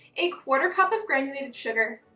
a quarter cup of granulated sugar,